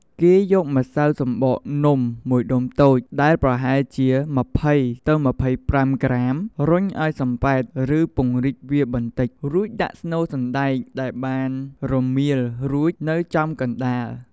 គេយកម្សៅសំបកនំមួយដុំតូច ដែលប្រហែលជា ២០-២៥ ក្រាម រុញឲ្យសំប៉ែត ឬពង្រីកវាបន្តិច រួចដាក់ស្នូលសណ្តែកដែលបានរមៀលរួចនៅចំកណ្តាល។